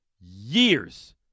years